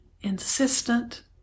insistent